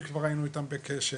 שכבר היינו איתם בקשר,